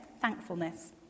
Thankfulness